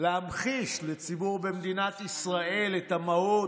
להמחיש לציבור במדינת ישראל את המהות,